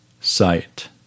sight